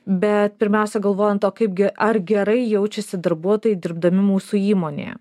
bet pirmiausia galvojant o kaipgi ar gerai jaučiasi darbuotojai dirbdami mūsų įmonėje